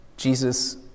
Jesus